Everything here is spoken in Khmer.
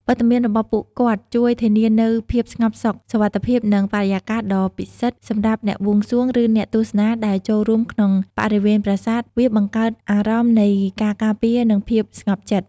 វត្តមានរបស់ពួកគាត់ជួយធានានូវភាពស្ងប់សុខ សុវត្ថិភាព និងបរិយាកាសដ៏ពិសិដ្ឋសម្រាប់អ្នកបួងសួង ឬអ្នកទស្សនា ដែលចូលមកក្នុងបរិវេណប្រាសាទ វាបង្កើតអារម្មណ៍នៃការការពារ និងភាពស្ងប់ចិត្ត។